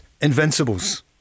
invincibles